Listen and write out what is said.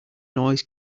noise